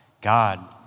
God